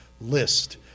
list